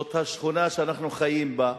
זאת השכונה שאנחנו חיים בה,